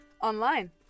online